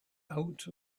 out